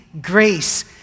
grace